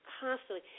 constantly